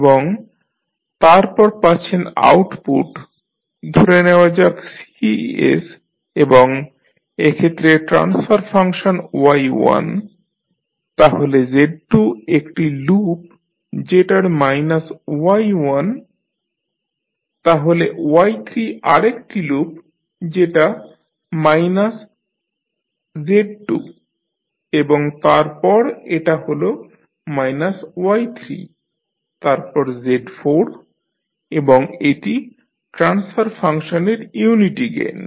এবং তারপর পাচ্ছেন আউটপুট ধরে নেওয়া যাক Cs এবং এক্ষেত্রে ট্রান্সফার ফাংশন Y1 তাহলে হচ্ছে Z2 একটি লুপ যেটা মাইনাস Y1 তাহলে Y3 আরেকটি লুপ যেটা মাইনাস Z2 এবং তারপর এটা হল মাইনাস Y3 তারপর Z4 এবং এটি ট্রান্সফার ফাংশনের ইউনিটি গেইন